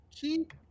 keep